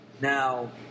Now